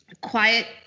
quiet